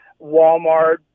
Walmart